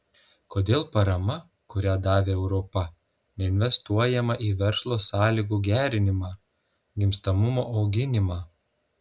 kodėl parama kurią davė europa neinvestuojama į verslo sąlygų gerinimą gimstamumo auginimą